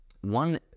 One